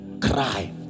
cry